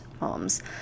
moms